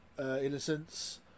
Innocence